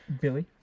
Billy